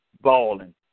balling